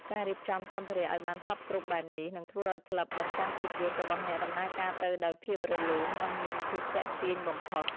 ការរៀបចំសម្ភារៈឱ្យបានសព្វគ្រប់បែបនេះ នឹងធ្វើឱ្យក្លឹបបញ្ចាំងភាពយន្តរបស់អ្នកដំណើរការទៅដោយភាពរលូន និងមានភាពទាក់ទាញបំផុត។